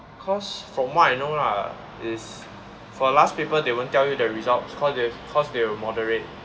cause from what I know lah is for last paper they won't tell you the results cause they cause they will moderate